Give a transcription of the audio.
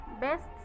best